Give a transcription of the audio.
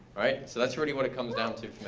right, so that's really what it comes down to